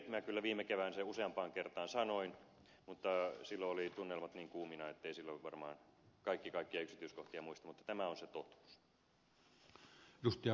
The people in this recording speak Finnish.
minä kyllä viime keväänä sen useampaan kertaan sanoin mutta silloin olivat tunnelmat niin kuumina etteivät varmaan kaikki kaikkia yksityiskohtia muista mutta tämä on se totuus